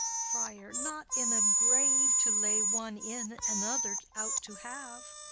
friar. not in a grave to lay one in, another out to have.